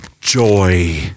joy